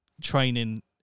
training